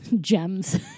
gems